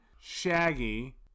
Shaggy